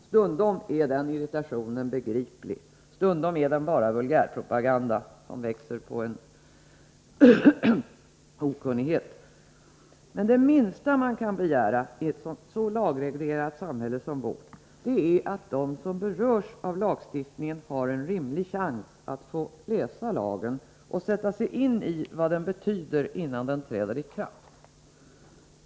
Stundom är den irritationen begriplig, stundom är den bara vulgärpropaganda, som bygger på okunnighet. Men det minsta man kan begära i ett så lagreglerat samhälle som vårt är att de som berörs av lagstiftningen har en rimlig chans att få ”läsa lagen” och sätta sig in i vad den betyder innan den träder i kraft.